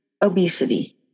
obesity